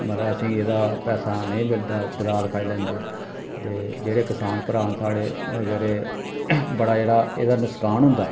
मतलब असेंगी एह्दा पैसा नेईं मिलदा दलाल खाई लैंदे ते जेह्ड़े कसान भ्राऽ न साढ़े उंनें बेचारे बड़ा जेह्ड़ा एहदा नुक्सान होंदा